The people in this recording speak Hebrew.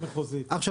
עכשיו,